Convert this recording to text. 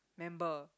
member